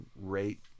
rate